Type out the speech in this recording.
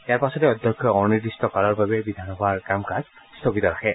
ইয়াৰ পাছতে অধ্যক্ষই অনিৰ্দিষ্ট কালৰ বাবে বিধানসভাৰ কাম কাজ স্থগিত ৰাখে